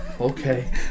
Okay